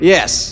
Yes